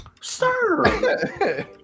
Sir